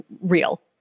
real